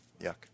Yuck